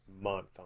month